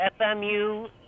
FMU